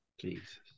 Jesus